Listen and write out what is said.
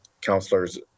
counselors